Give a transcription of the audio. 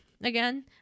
again